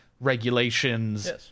regulations